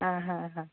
हां हां हां